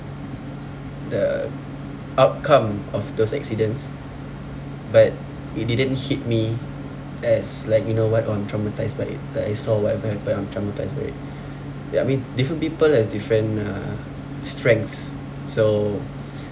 the outcome of those accidents but it didn't hit me as like you know what or I'm traumatised by it like I saw whatever happened I'm traumatised by it ya I mean different people have different uh strengths so